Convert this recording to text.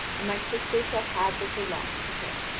and my sister shall have what belongs to her.